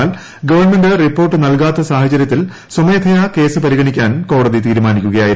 എന്നാൽ government report നൽകാത്ത സാഹചര്യത്തിൽ സ്വമേധയ കേസ് പരിഗണിക്കാൻ കോടതി തീരുമാനിക്കുകയായിരുന്നു